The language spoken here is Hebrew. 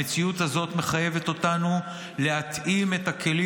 המציאות הזאת מחייבת אותנו להתאים את הכלים